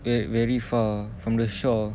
very very far from the shore